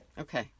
Okay